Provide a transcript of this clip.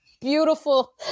beautiful